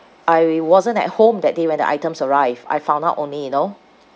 I wasn't at home that day when the items arrived I found out only you know